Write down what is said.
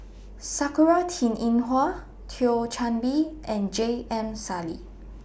Sakura Teng Ying Hua Thio Chan Bee and J M Sali